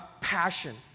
passion